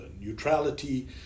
neutrality